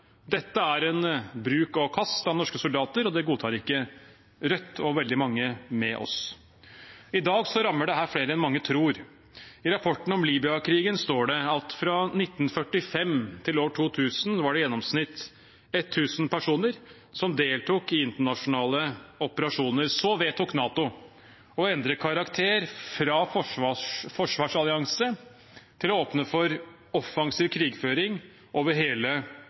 Dette er bruk og kast av norske soldater, og det godtar ikke Rødt og veldig mange med oss. I dag rammer dette flere enn mange tror. I rapporten om Libya-krigen står det at fra 1945 til år 2000 var det i gjennomsnitt 1 000 personer som deltok i internasjonale operasjoner. Så vedtok NATO å endre karakter fra forsvarsallianse til å åpne for offensiv krigføring over hele